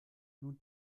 nun